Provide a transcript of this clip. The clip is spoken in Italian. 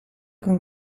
con